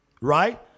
Right